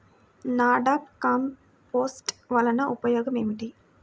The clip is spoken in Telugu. నాడాప్ కంపోస్ట్ వలన ఉపయోగం ఏమిటి?